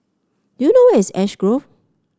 do you know where is Ash Grove